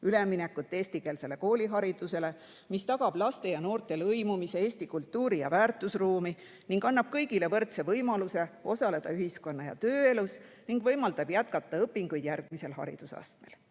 üleminekut eestikeelsele kooliharidusele, mis tagab laste ja noorte lõimumise Eesti kultuuri‑ ja väärtusruumi, annab kõigile võrdse võimaluse osaleda ühiskonna‑ ja tööelus ning võimaldab jätkata õpinguid järgmisel haridusastmel.